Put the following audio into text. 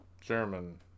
German